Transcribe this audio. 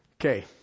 Okay